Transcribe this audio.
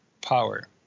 power